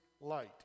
light